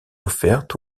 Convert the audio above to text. offerte